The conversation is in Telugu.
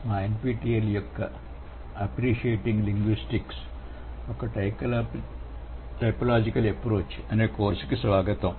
మా ఎన్పిటిఈఎల్ యొక్క " అప్రిషియేటీంగ్ లింగ్విస్టిక్స్ ఒక టైపోలాజికల్ అప్రోచ్ " అనే కోర్స్ కి స్వాగతం